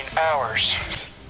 hours